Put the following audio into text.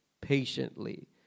patiently